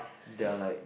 there are like